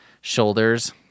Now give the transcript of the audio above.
shoulders